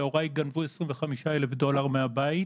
להוריי גנבו 25,000 דולר מהבית,